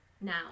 now